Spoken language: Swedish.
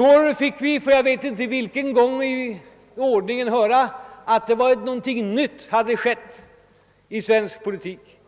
I går fick vi, för jag vet inte vilken gång i ordningen, höra att någonting nytt hade skett i svensk politik